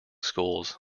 schools